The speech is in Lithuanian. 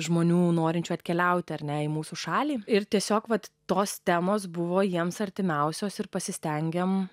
žmonių norinčių atkeliauti ar ne į mūsų šalį ir tiesiog vat tos temos buvo jiems artimiausios ir pasistengiame